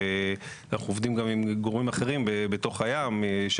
ואנחנו עובדים גם עם גורמים אחרים שנמצאים בתוך הים.